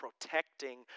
protecting